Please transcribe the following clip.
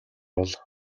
бол